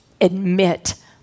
admit